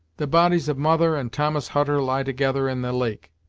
the bodies of mother and thomas hutter lie together in the lake,